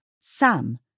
Sam